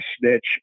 snitch